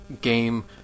game